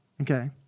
Okay